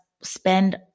spend